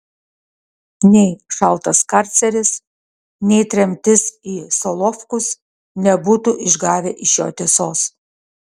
nei šaltas karceris nei tremtis į solovkus nebūtų išgavę iš jo tiesos